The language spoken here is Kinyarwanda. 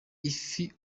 ifi